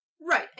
Right